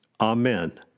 Amen